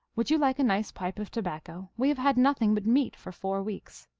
would you like a nice pipe of tobacco? we have had nothing but meat for four weeks.